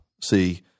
see